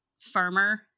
firmer